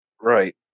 Right